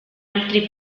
altri